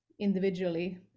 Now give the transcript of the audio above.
individually